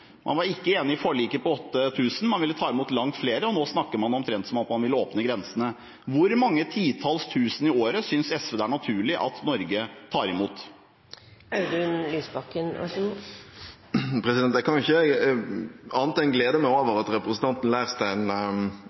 man skal ta imot? Man var ikke enig i forliket på 8 000, man ville ta imot langt flere, og nå snakker man omtrent som om man vil åpne grensene. Hvor mange titalls tusen i året synes SV det er naturlig at Norge tar imot? Jeg kan ikke annet enn glede meg over at representanten